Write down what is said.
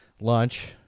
Lunch